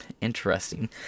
interesting